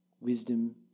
wisdom